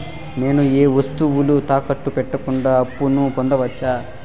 నేను ఏ వస్తువులు తాకట్టు పెట్టకుండా అప్పును పొందవచ్చా?